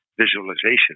visualization